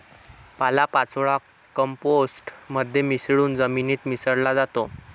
पालापाचोळा कंपोस्ट मध्ये मिसळून जमिनीत मिसळला जातो